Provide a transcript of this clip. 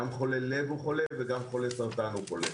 גם חולה לב הוא חולה וגם חולה סרטן הוא חולה,